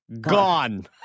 Gone